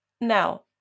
Now